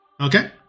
Okay